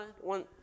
One